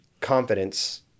confidence